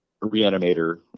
Reanimator